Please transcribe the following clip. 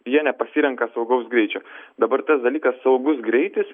jie nepasirenka saugaus greičio dabar tas dalykas saugus greitis